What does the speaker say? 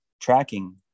tracking